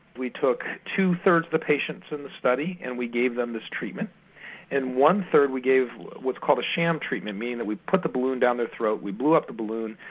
we took two thirds of the patients in the study and we gave them this treatment in one third we gave what's called a sham treatment, meaning that we'd put the balloon down their throat, we blew up the balloon,